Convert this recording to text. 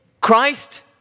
Christ